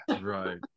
right